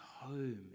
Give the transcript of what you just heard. home